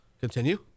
Continue